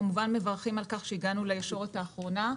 כמובן, מברכים על כך שהגענו לישורת האחרונה,